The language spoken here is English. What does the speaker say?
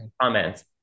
comments